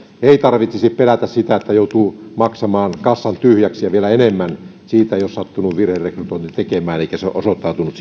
ei tarvitsisi pelätä että joutuu maksamaan kassan tyhjäksi ja vielä enemmän siitä jos on sattunut virherekrytoinnin tekemään eikä se ole osoittautunut